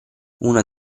una